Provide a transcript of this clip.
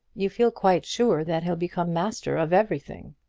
you feel quite sure that he'll become master of everything.